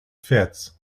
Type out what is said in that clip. fits